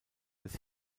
des